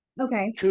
okay